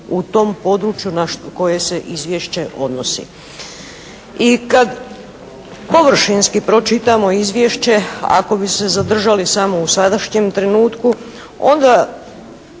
u tom području na koje se izvješće odnosi. I kada površinski pročitamo izvješće, ako bi se zadržali samo u sadašnjem trenutku onda